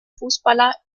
fußballer